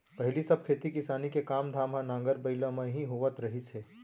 पहिली सब खेती किसानी के काम धाम हर नांगर बइला म ही होवत रहिस हे